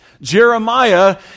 Jeremiah